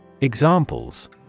Examples